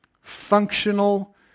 Functional